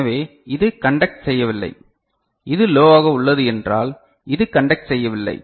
எனவே இது கண்டக்ட் செய்யவில்லை இது லோவாக உள்ளது என்றால் இது கன்டக்ட் செய்யவில்லை